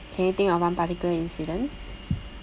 can you think of one particular incident